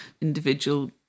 individual